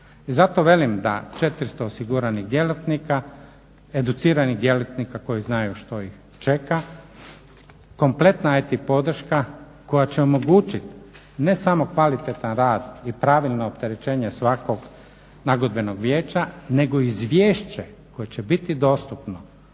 I zato velim da 400 osiguranih djelatnika, educiranih djelatnika koji znaju što ih čeka, kompletna IT podrška koja će omogućiti ne samo kvalitetan rad i pravilno opterećenje svakog nagodbenog vijeća, nego izvješće koje će biti dostupno